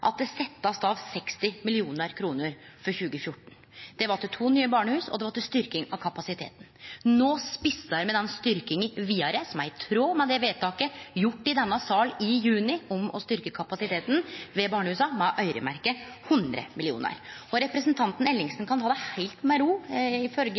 at det blir sett av 60 mill. kr for 2014. Det var til to nye barnehus, og det var til styrking av kapasiteten. No spissar me den styrkinga vidare som er i tråd med det vedtaket som blei gjort i denne salen i juni om å styrkje kapasiteten ved barnehusa ved å øyremerkje 100 mill. kr. Representanten